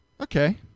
okay